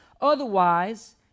Otherwise